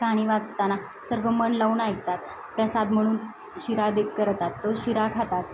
कहाणी वाचताना सर्व मन लावून ऐकतात प्रसाद म्हणून शिरा दे करतात तो शिरा खातात